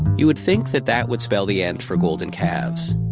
you would think that that would spell the end for golden calves,